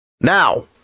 Now